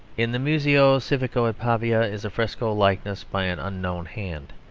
in the museo civico at pavia, is a fresco likeness by an unknown hand,